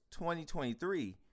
2023